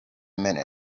minute